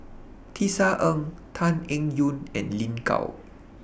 Tisa Ng Tan Eng Yoon and Lin Gao